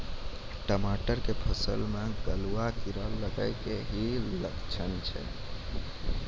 टमाटर के फसल मे गलुआ कीड़ा लगे के की लक्छण छै